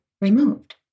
removed